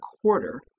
quarter